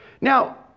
Now